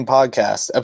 Podcast